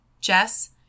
Jess